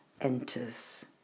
enters